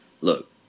look